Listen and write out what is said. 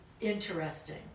interesting